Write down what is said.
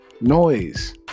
noise